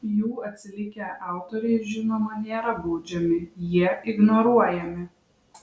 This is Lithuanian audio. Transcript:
jų atsilikę autoriai žinoma nėra baudžiami jie ignoruojami